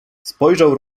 spojrzał